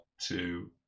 two